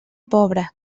pobra